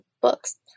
books